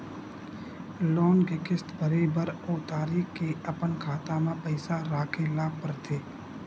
loan के किस्त भरे बर ओ तारीख के अपन खाता म पइसा राखे ल परथे